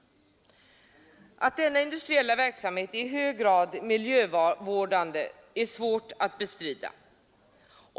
Att denna industriella verksamhet är i hög grad miljövårdande är svårt att bestrida.